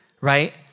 right